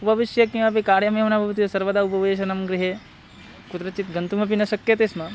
उपविश्य किमपि कार्यमेव न भवति सर्वदा उपवेशनं गृहे कुत्रचित् गन्तुमपि न शक्यते स्म